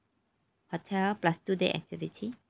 hotel plus two day activity